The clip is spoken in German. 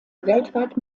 weltweit